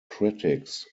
critics